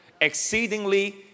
exceedingly